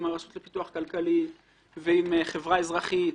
הרשות לפיתוח כלכלי ועם החברה האזרחית